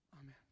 Amen